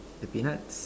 the peanuts